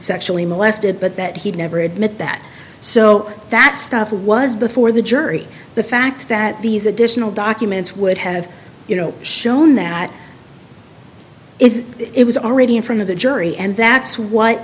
sexually molested but that he'd never admit that so that stuff was before the jury the fact that these additional documents would have you know shown that is it was already in front of the jury and that's what